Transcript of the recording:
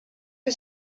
que